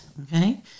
okay